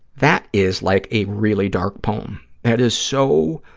that is like a really dark poem. that is so,